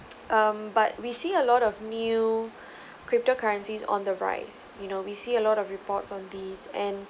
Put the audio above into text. um but we see a lot of new crypto currencies on the rise you know we see a lot of reports on these and